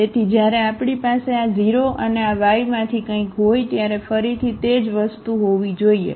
તેથી જ્યારે આપણી પાસે આ 0 અને આ Yમાંથી કંઈક હોય ત્યારે ફરીથી તે જ વસ્તુ હોવી જોઈએ